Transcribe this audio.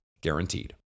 guaranteed